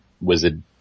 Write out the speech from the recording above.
Wizard